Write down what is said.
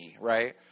right